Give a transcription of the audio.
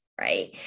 right